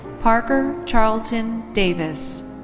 parker charlton davis.